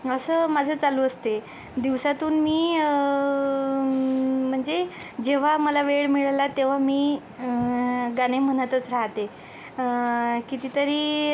असं माझं चालू असते दिवसातून मी म्हणजे जेव्हा मला वेळ मिळाला तेव्हा मी गाणे म्हणतच राहाते किती तरी